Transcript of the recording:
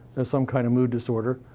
has some kind of mood disorder.